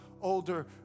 older